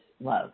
love